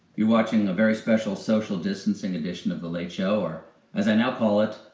you're watch ago very special social distancing edition of the late show or as i now call it,